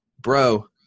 bro